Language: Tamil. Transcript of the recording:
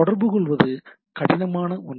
தொடர்புகொள்வது கடினமான ஒன்று